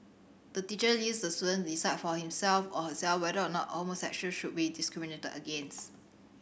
the teacher leaves the student decide for himself or herself whether or not homosexual should be discriminated against